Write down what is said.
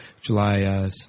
July